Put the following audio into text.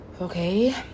okay